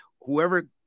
whoever